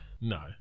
No